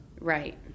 right